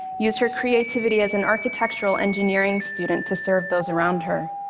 used her creativity as an architectural engineering student to serve those around her,